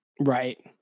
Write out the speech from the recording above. Right